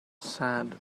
sad